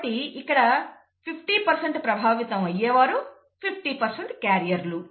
కాబట్టి ఇక్కడ 50 ప్రభావితం అయ్యేవారు 50 క్యారియర్లు